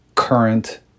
current